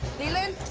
leland?